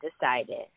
decided